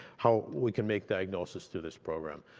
how we can make diagnoses through this program.